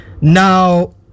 Now